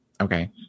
okay